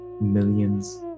millions